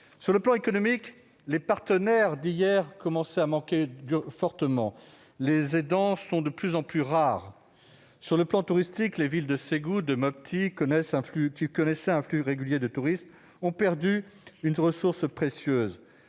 Sur le plan économique, les partenaires d'hier commencent à manquer cruellement. Les aidants sont de plus en plus rares. Sur le plan touristique, les villes de Ségou et de Mopti, qui connaissaient un flux régulier de touristes, ont perdu une ressource précieuse.